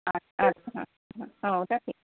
আচ্ছা আচ্ছা হুম ওটা ঠিক